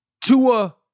Tua